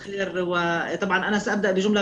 (אומרת דברים בשפה הערבית להלן התרגום החופשי) בוקר טוב לכולם.